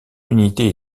unité